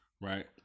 right